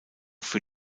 für